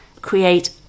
Create